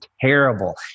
terrible